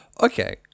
Okay